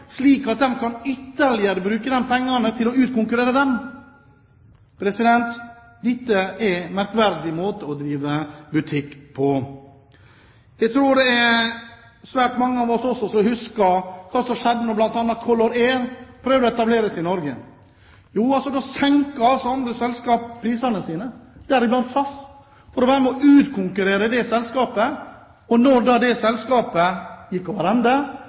slik at man kan bruke disse pengene til å utkonkurrere dem. Dette er en merkverdig måte å drive butikk på. Jeg tror svært mange av oss også husker hva som skjedde da bl.a. Color Air prøvde å etablere seg i Norge. Da senket andre selskaper prisene sine, deriblant SAS, for å være med på å utkonkurrere dette selskapet. Etter at selskapet gikk over ende, kunne man få inntrykk av – når man ser på